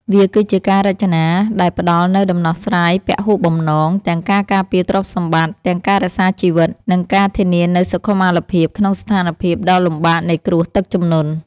វាគឺជាការរចនាដែលផ្តល់នូវដំណោះស្រាយពហុបំណង ទាំងការការពារទ្រព្យសម្បត្តិ ទាំងការរក្សាជីវិត និងការធានានូវសុខុមាលភាពក្នុងស្ថានភាពដ៏លំបាកនៃគ្រោះទឹកជំនន់។